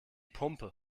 pumpe